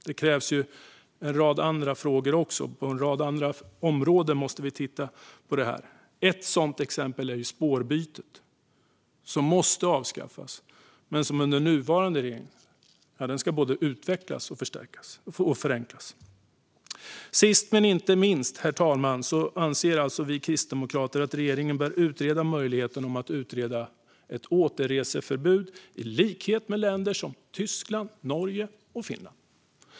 Det krävs även att vi tittar på en rad andra frågor på en rad andra områden. Ett sådant exempel är spårbytet, som måste avskaffas men som under nuvarande regering både ska utvecklas och förenklas. Sist men inte minst, herr talman, anser vi kristdemokrater att regeringen bör utreda möjligheten att utfärda ett återreseförbud i likhet med länder som Tyskland, Norge och Finland.